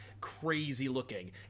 crazy-looking